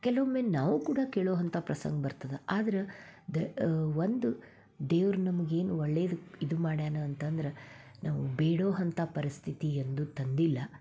ಕೆಲವೊಮ್ಮೆ ನಾವು ಕೂಡ ಕೇಳುವಂಥ ಪ್ರಸಂಗ ಬರ್ತದೆ ಆದ್ರೆ ಡ ಒಂದು ದೇವ್ರು ನಮಗೇನು ಒಳ್ಳೆದು ಇದು ಮಾಡ್ಯಾನ ಅಂತಂದ್ರೆ ನಾವು ಬೇಡೋ ಅಂಥ ಪರಿಸ್ಥಿತಿ ಎಂದು ತಂದಿಲ್ಲ